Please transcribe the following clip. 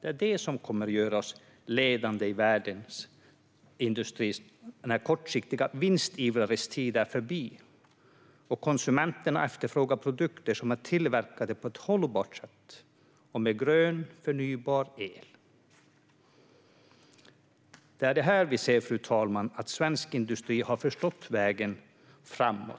Det är det som kommer att göra oss ledande i världen när kortsiktiga vinstivrares tid är förbi och konsumenterna efterfrågar produkter som är tillverkade på ett hållbart sätt och med grön, förnybar el. Här ser vi, fru talman, att svensk industri har förstått vägen framåt.